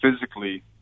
physically